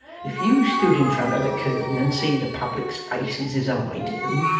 if you stood in front of the curtain and see the public's faces as i do,